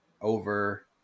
over